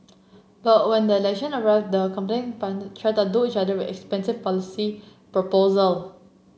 but when the election arrived the competing tried to each other with expensive policy proposal